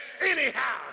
anyhow